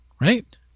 right